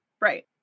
Right